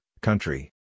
country